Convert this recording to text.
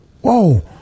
whoa